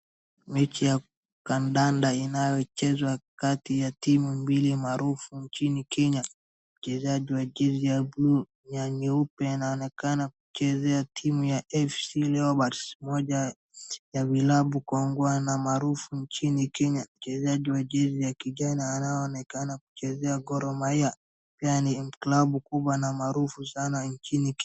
Mechi ya kandanda inayochezwa kati ya timu mbili maarufu nchini Kenya, mchezaji wa jezi ya buluu na nyeupe anaonekana kuchezea timu ya FC leopards moja ya vilabu kongoa na maarufu nchini Kenya, mchezaji wa jezi ya kijani anaonekana kuchezea Gor mahia , pia ni klabu kubwa na maarufu sana nchini Kenya.